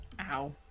Ow